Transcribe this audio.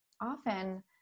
often